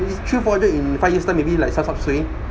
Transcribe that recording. interest rate in five years time maybe like supsupsui